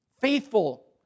faithful